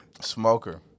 Smoker